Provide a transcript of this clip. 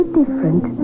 different